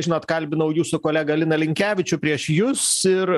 žinot kalbinau jūsų kolegą liną linkevičių prieš jus ir